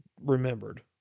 remembered